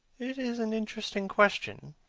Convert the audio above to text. it is an interesting question,